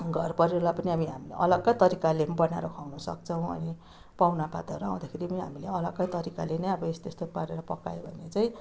घर परिवारलाई पनि अब हामीले अलग्गै तरिकाले पनि बनाएर खुवाउन सक्छौँ अनि पाहुनापातहरू आउँदाखेरि पनि हामीले अलग्गै तरिकाले नै अब यस्तो यस्तो पारेर पकायो भने चाहिँ